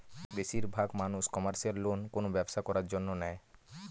বেশির ভাগ মানুষ কমার্শিয়াল লোন কোনো ব্যবসা করার জন্য নেয়